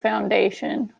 foundation